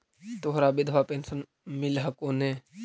तोहरा विधवा पेन्शन मिलहको ने?